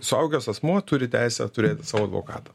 suaugęs asmuo turi teisę turėti savo advokatą